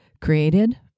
created